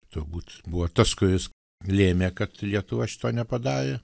turbūt buvo tas kuris lėmė kad lietuva šito nepadarė